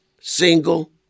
single